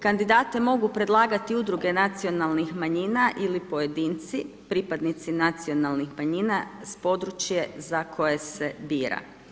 Kandidate mogu predlagati udruge nacionalnih manjina ili pojedinci, pripadnici nacionalnih manjina s područja za koje se bira.